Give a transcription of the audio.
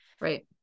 Right